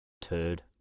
Turd